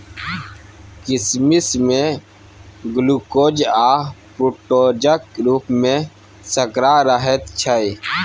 किसमिश मे ग्लुकोज आ फ्रुक्टोजक रुप मे सर्करा रहैत छै